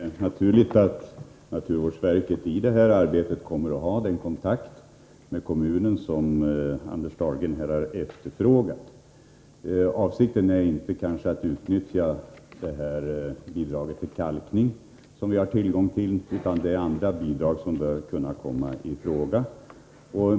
Herr talman! Jag finner det naturligt att naturvårdsverket i detta arbete kommer att ha den kontakt med kommunen som Anders Dahlgren har efterfrågat. Avsikten är kanske inte att utnyttja bidraget till kalkning, utan andra bidrag bör kunna komma i fråga.